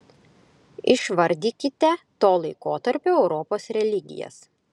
išvardykite to laikotarpio europos religijas